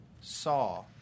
saw